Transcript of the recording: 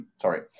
Sorry